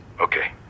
Okay